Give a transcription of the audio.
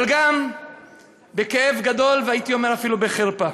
אבל גם בכאב גדול, והייתי אומר אפילו בחרפה.